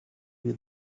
with